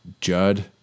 Judd